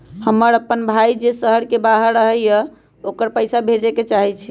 हमर अपन भाई जे शहर के बाहर रहई अ ओकरा पइसा भेजे के चाहई छी